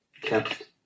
kept